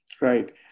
Right